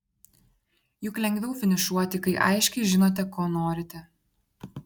juk lengviau finišuoti kai aiškiai žinote ko norite